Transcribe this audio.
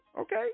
okay